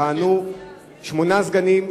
יכהנו שמונה סגנים,